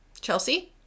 Chelsea